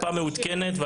מפה מעודכנת?